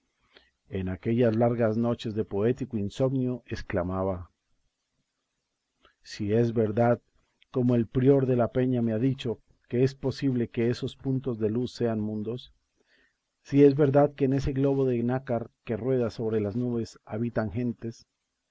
en aquellas largas noches de poético insomnio exclamaba si es verdad como el prior de la peña me ha dicho que es posible que esos puntos de luz sean mundos si es verdad que en ese globo de nácar que rueda sobre las nubes habitan gentes